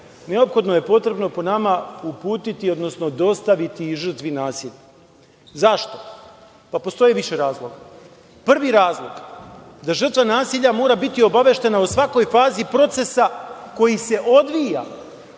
neophodno je potrebno, po nama, uputiti odnosno dostaviti i žrtvi nasilja. Zašto? Postoji više razloga. Prvi razlog je da žrtva nasilja mora biti obaveštena o svakoj fazi procesa koji se odvija,